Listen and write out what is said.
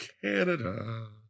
Canada